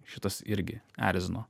šitas irgi erzino